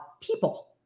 people